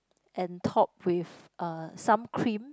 and topped with uh some cream